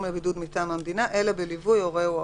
לבידוד מטעם המדינה אלא בליווי הורהו או